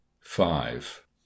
five